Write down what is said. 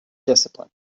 discipline